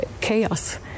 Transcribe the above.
chaos